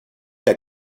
der